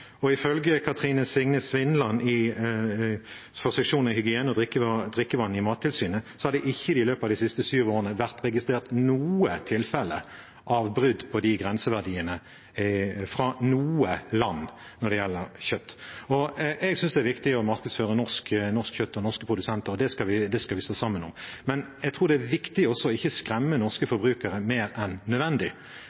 Ifølge Catherine Signe Svindland i seksjon for hygiene og drikkevann i Mattilsynet har det i løpet av de siste syv årene ikke vært registrert noe tilfelle av brudd på de grenseverdiene fra noe land når det gjelder kjøtt. Jeg synes det er viktig å markedsføre norsk kjøtt og norske produsenter. Det skal vi stå sammen om, men jeg tror det er viktig også å ikke skremme norske